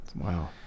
Wow